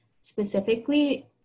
specifically